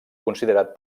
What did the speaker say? considerat